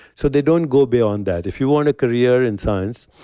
so they don't go beyond that. if you want a career in science,